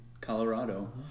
Colorado